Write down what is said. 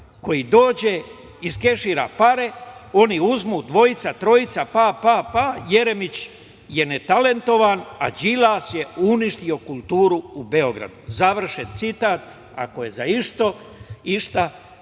koji dođe, iskešira pare, oni uzmu, dvojica, trojica, pa, pa, pa… Jeremić je netalentovan, a Đilas je uništio kulturu u Beogradu“. Završen citat. Ako je za išta